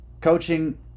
Coaching